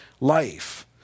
life